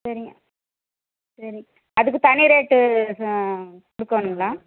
சரிங்க சரி அதுக்கு தனி ரேட்டு குடுக்கணுங்களா